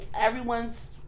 everyone's